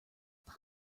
pot